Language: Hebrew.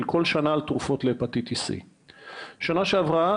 בכל שנה על תרופות להפטיטיס C. בשנה שעברה